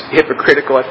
hypocritical